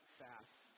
fast